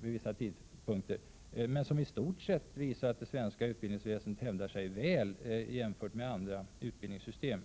vid vissa tidpunkter — att det svenska utbildningsväsendet hävdar sig väl jämfört med andra utbildningssystem.